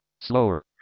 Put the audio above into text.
Slower